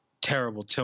terrible